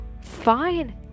Fine